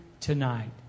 Tonight